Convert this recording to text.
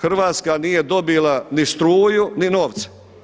Hrvatska nije dobila ni struju ni novce.